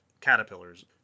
caterpillars